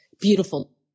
beautiful